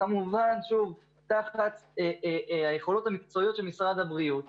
כמובן שוב תחת היכולות המקצועיות של משרד הבריאות,